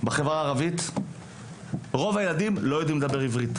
בחברה הערבית רוב הילדים לא יודעים לדבר עברית.